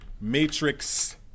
matrix